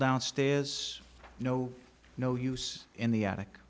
downstairs no no use in the attic